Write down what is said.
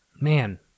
Man